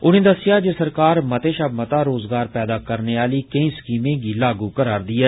उनें दस्सेआ जे सरकार मते शा मता रोजगार पैदा करने आह्ली केंई स्कीमें गी लागू करै'रदी ऐ